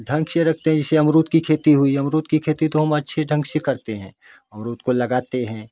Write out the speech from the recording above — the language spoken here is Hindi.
ढंग से रखते हैं जैसे अमरूद की खेती हुई अमरूद की खेती तो हम अच्छे ढंग से करते हैं अमरुद को लगाते हैं